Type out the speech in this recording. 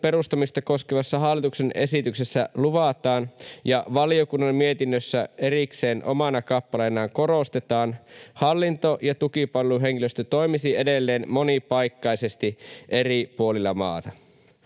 perustamista koskevassa hallituksen esityksessä luvataan ja valiokunnan mietinnössä erikseen omana kappaleenaan korostetaan, hallinto- ja tukipalveluhenkilöstö toimisi edelleen monipaikkaisesti eri puolilla maata.